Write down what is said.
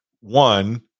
One